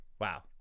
Wow